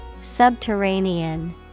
Subterranean